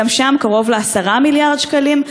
גם שם קרוב ל-10 מיליארד שקלים.